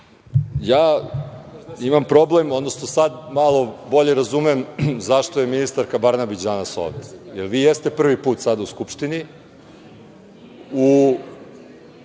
Hvala. Imam problem, odnosno sada malo bolje razumem zašto je ministarka Brnabić danas ovde. Vi ovde jeste prvi put danas u Skupštini